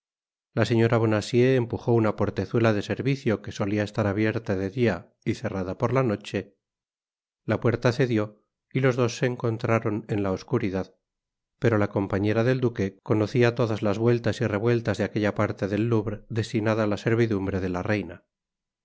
la señora bonacieux empujó una portezuela de servicio que solia estar abierta de dia y cerrada por la noche la puerta cedió y los dos se encontraron en la oscuridad pero la compañera del duque conocia todas las vueltas y revueltas de aquella parte del louvre destinada á la servidumbre de la reina